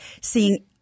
seeing